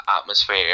atmosphere